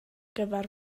gyfer